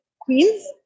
queens